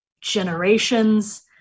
generations